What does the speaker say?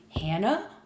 Hannah